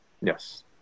Yes